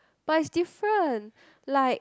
but is different like